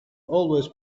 always